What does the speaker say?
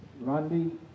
Randy